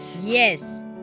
yes